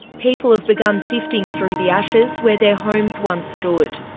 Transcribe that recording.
people have begun sifting through the ashes where their homes once stood.